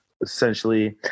essentially